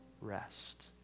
rest